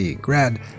grad